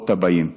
לדורות הבאים.